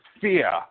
fear